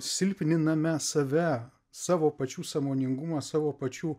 silpniname save savo pačių sąmoningumą savo pačių